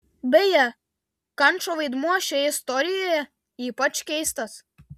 beje kančo vaidmuo šioje istorijoje ypač keistas